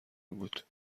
بود